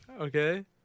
Okay